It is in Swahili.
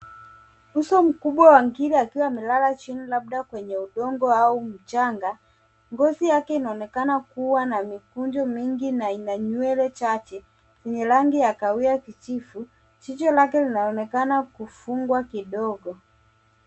Uso mkubwa wa Ngiri akiwa amelala chini labda kwenye udongo au mchanga. Ngozi yake inaonekana kuwa na mikunjo mingi na ina nywele chache zenye rangi ya kahawia kijivu. Jicho lake linaonekana kufungwa kidogo.